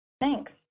Thanks